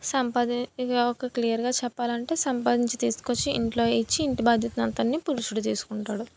సంపాద ఇంక ఒక క్లియర్గా చెప్పాలంటే సంపాదించి తీసుకొచ్చి ఇంట్లో ఇచ్చి ఇంటి బాధ్యనంతటిని పురుషుడు తీసుకుంటాడు